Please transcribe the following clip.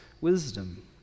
Wisdom